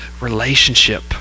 relationship